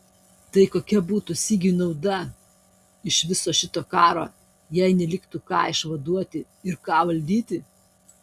tai kokia būtų sigiui nauda iš viso šito karo jei neliktų ką išvaduoti ir ką valdyti